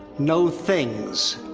no things.